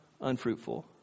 unfruitful